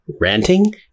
Ranting